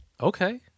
okay